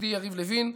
ידידי יריב לוין,